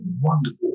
wonderful